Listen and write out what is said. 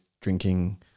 drinking